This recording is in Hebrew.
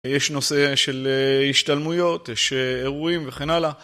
יש נושא של השתלמויות, יש אירועים וכן הלאה.